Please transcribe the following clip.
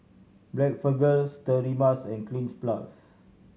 Blephagel Sterimars and Cleanz Plus